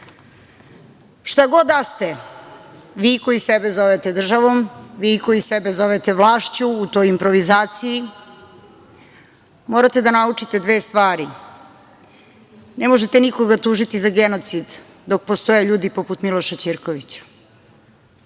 god da ste, vi koji sebe zovete državom, vi koji sebe zovete vlašću u toj improvizaciji, morate da naučite dve stvari. Ne možete nikoga tužiti za genocid dok postoje ljudi poput Miloša Ćirkovića.